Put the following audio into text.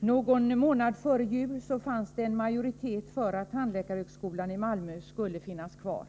Någon månad före jul fanns en majoritet för att tandläkarhögskolan i Malmö skulle finnas kvar.